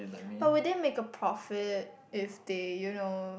but will they make a profit if they you know